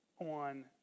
on